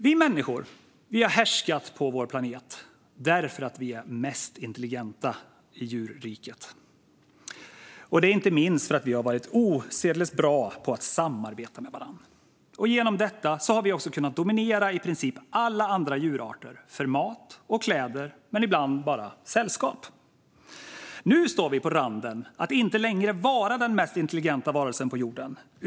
Vi människor har härskat på vår planet därför att vi är mest intelligenta i djurriket. Det är inte minst för att vi har varit osedvanligt bra på att samarbeta med varandra. Genom detta har vi också kunnat dominera i princip alla andra djurarter för mat och kläder men ibland bara sällskap. Nu står vi på randen av att inte längre vara den mest intelligenta varelsen på jorden.